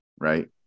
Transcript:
right